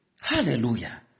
Hallelujah